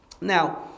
Now